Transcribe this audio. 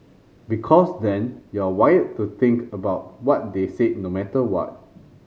because then you're wired to think about what they said no matter what